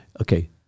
okay